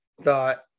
thought